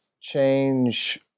change